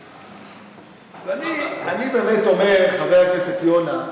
אני באמת אומר, חבר הכנסת יונה,